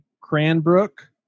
Cranbrook